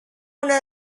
una